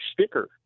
sticker